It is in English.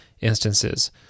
instances